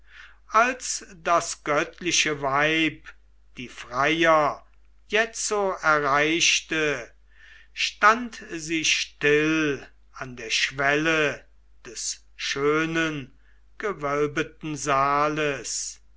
als das göttliche weib die freier jetzo erreichte stand sie still an der schwelle des schönen gewölbeten saales